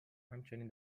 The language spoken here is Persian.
همچنین